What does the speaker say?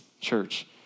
church